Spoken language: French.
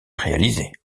réalisé